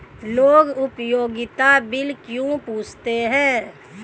लोग उपयोगिता बिल क्यों पूछते हैं?